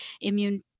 immune